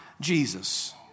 Jesus